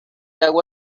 agua